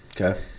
Okay